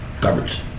Garbage